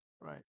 right